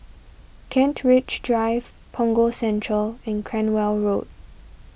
Kent Ridge Drive Punggol Central and Cranwell Road